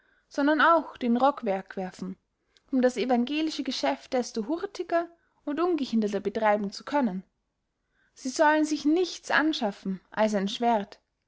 sondern auch den rock wegwerfen um das evangelische geschäft desto hurtiger und ungehinderter betreiben zu können sie sollen sich nichts anschaffen als ein schwerdt